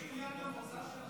יש עניין במוצא של